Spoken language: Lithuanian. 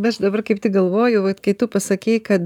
bet aš dabar kaip tik galvoju vat kai tu pasakei kad